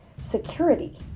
security